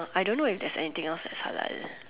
I don't know if there's anything else that's halal